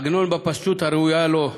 עגנון, בפשטות הראויה לו,